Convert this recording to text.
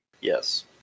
Yes